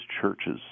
churches